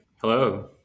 Hello